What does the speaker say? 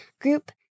group